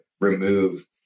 remove